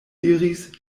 diris